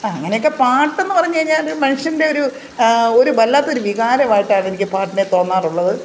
ആ അങ്ങനെയൊക്കെ പാട്ടെന്ന് പറഞ്ഞുകഴിഞ്ഞാൽ മനുഷ്യൻ്റെ ഒരു ഒരു വല്ലാത്തൊരു വികാരമായിട്ടാണ് എനിക്ക് പാട്ടിനെ തോന്നാറുള്ളത്